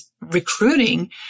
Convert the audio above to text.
recruiting